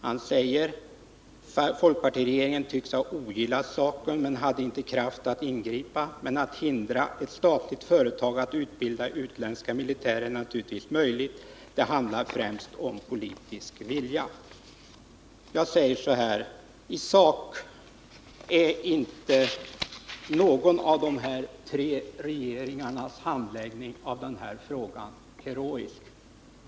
Han säger: ”Folkpartiregeringen tycks ha ogillat saken, men hade inte kraft att ingripa. Men att hindra ett statligt företag att utbilda utländska militärer är naturligtvis möjligt. Det handlar främst om politisk vilja.” Jag säger så här: I sak är inte någon av de här tre regeringarnas handläggning av den här frågan heroisk.